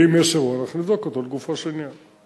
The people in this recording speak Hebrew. ואם יש אירוע אנחנו נבדוק אותו לגופו של עניין.